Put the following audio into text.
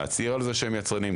להצהיר על זה שהם יצרנים,